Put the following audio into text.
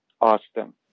Austin